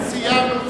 סיימנו.